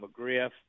McGriff